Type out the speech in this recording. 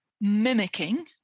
mimicking